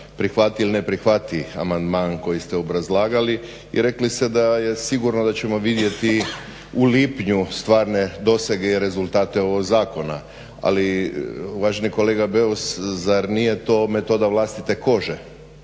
prihvati ili ne prihvati amandman koji ste obrazlagali. I rekli ste da je sigurno da ćemo vidjeti u lipnju stvarne dosege i rezultate ovog zakona, ali uvaženi kolega Beus zar nije to metoda vlastite kože,